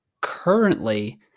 currently